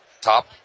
top